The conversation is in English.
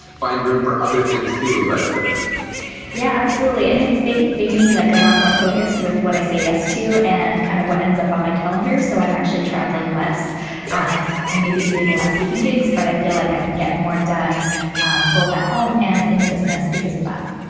find room for other things too but yeah absolutely and it's making me me like a lot more focused with when i say yes to and kind of what ends up on my calendar so i'm actually traveling less yeah not and maybe doing less speaking gigs but i feel like i can get more done both at home and in the business because of that.